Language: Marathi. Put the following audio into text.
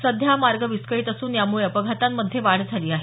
सध्या हा मार्ग विस्कळीत असून यामुळे अपघातांमध्ये वाढ झाली आहे